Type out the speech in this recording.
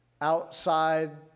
Outside